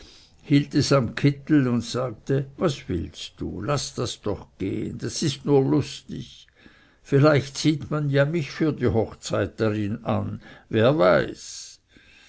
hielt es am kittel und sagte was willst du laß das doch gehen das ist nur lustig vielleicht sieht man ja mich für die hochzeiterin an wer weiß